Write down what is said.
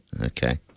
okay